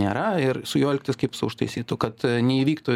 nėra ir su juo elgtis kaip su užtaisytu kad neįvyktų